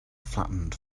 flattened